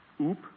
Oop